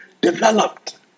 developed